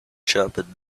shepherd